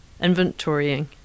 inventorying